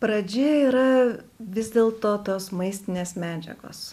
pradžia yra vis dėlto tos maistinės medžiagos